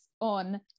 on